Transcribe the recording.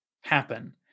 happen